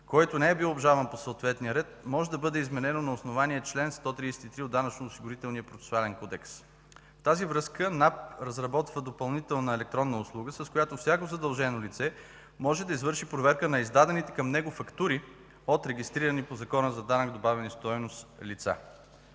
който не е бил обжалван по съответния ред, може да бъде изменено на основание чл. 133 от Данъчно-осигурителния процесуален кодекс. В тази връзка НАП разработва допълнителна електронна услуга, с която всяко задължено лице може да извърши проверка на издадените към него фактури от регистрирани по Закона за данък добавена стойност лица.